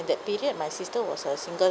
that period my sister was a single